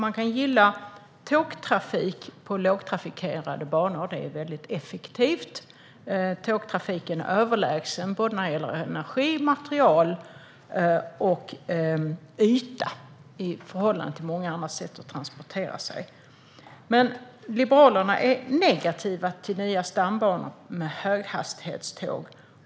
Man kan gilla tågtrafik på lågtrafikerade banor. Sådan är mycket effektiv. Tågtrafiken är överlägsen när det gäller energi, material och yta i förhållande till många andra sätt att transportera sig. Men Liberalerna är negativa till nya stambanor med höghastighetståg.